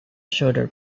shoulder